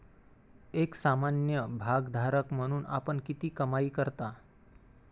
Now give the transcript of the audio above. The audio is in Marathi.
एक सामान्य भागधारक म्हणून आपण किती कमाई करता?